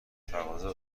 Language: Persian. تقاضا